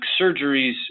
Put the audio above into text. surgeries